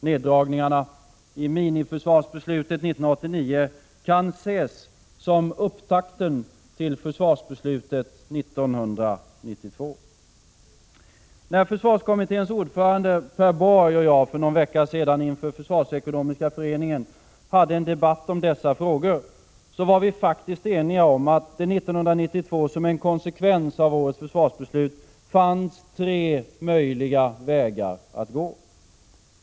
Neddragningarna i miniförsvarsbeslutet 1989 kan ses som upptakten till försvarsbeslutet 1992. När försvarskommitténs ordförande Per Borg och jag för någon vecka sedan inför Försvarsekonomiska föreningen hade en debatt om dessa frågor var vi eniga om att det 1992 som en konsekvens av årets försvarsbeslut fanns tre möjliga vägar att gå.